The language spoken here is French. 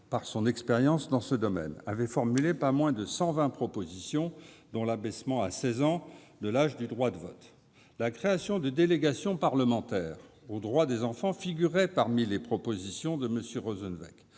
par son expérience en ce domaine, avait formulé pas moins de 120 propositions, dont l'abaissement à 16 ans de l'âge du droit de vote. La création de délégations parlementaires aux droits des enfants figurait également parmi les propositions de M. Rosenczveig.